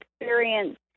experience